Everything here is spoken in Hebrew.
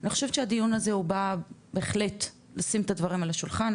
אני חושבת שהדיון הזה בא בהחלט לשים את הדברים על השולחן,